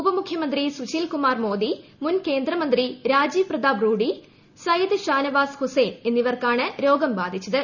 ഉപമുഖൃമന്ത്രി സുശീൽ കുമാർ മോദി മുൻ കേന്ദ്ര മന്ത്രി രാജീവ് പ്രതാപ് റൂഡി സയിദ് ഷാനവാസ് ഹുസ്സൈൻ എന്നിവർക്കാണ് രോഗം ബാധിച്ചത്